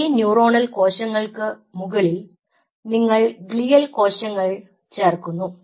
ഈ ന്യൂറോണൽ കോശങ്ങൾക്ക് മുകളിൽ നിങ്ങൾ ഗ്ലിയൽ കോശങ്ങൾ ചേർക്കുന്നു